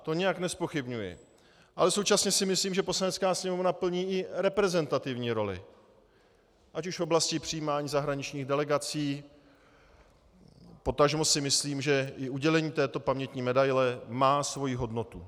To nijak nezpochybňuji, ale současně si myslím, že Poslanecká sněmovna plní i reprezentativní roli, ať už v oblasti přijímání zahraničních delegací, potažmo si myslím, že i udělení této pamětní medaile má svoji hodnotu.